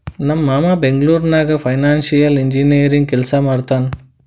ನಮ್ ಮಾಮಾ ಬೆಂಗ್ಳೂರ್ ನಾಗ್ ಫೈನಾನ್ಸಿಯಲ್ ಇಂಜಿನಿಯರಿಂಗ್ ಕೆಲ್ಸಾ ಮಾಡ್ತಾನ್